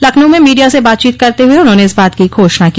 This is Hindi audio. लखनऊ में मीडिया से बातचीत करते हुए उन्होंने इस बात की घोषणा की